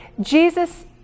Jesus